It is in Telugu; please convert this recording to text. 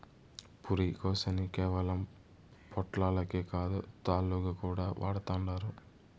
పురికొసని కేవలం పొట్లాలకే కాదు, తాళ్లుగా కూడా వాడతండారు